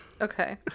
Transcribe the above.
Okay